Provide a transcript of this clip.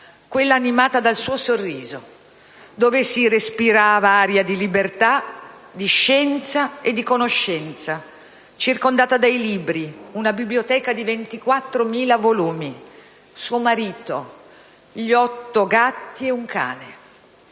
quella animata dal suo sorriso, dove si respirava aria di libertà, di scienza e di conoscenza, circondata dai libri (una biblioteca di 24.000 volumi), suo marito, gli otto gatti e un cane.